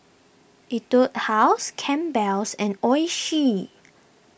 Etude House Campbell's and Oishi